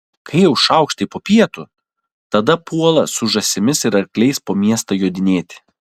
kai jau šaukštai po pietų tada puola su žąsimis ir arkliais po miestą jodinėti